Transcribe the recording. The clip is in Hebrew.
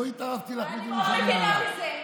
אני מאוד מבינה בזה.